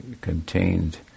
contained